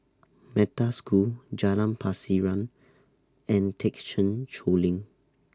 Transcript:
Metta School Jalan Pasiran and Thekchen Choling